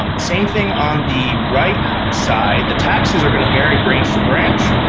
um same thing on the right side. the taxes are going to vary branch to branch,